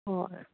हय